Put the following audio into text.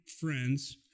friends